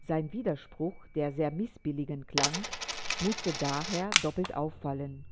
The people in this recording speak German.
sein widerspruch der sehr mißbilligend klang mußte daher doppelt auffallen